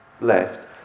left